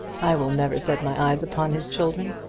i will never set my eyes upon his children,